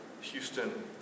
Houston